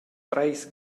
treis